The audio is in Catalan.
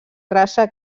raça